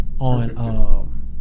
On